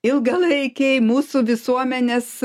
ilgalaikiai mūsų visuomenės